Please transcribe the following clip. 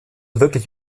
wirklich